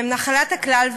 והם נחלת הכלל,